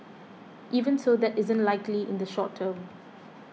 even so that isn't likely in the short term